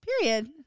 Period